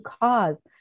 cause